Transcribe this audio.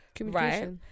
right